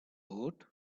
woot